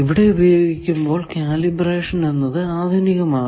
ഇവിടെ ഉപയോഗിക്കുന്ന കാലിബ്രേഷൻ എന്നത് ആധുനികമാണ്